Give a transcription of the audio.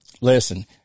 Listen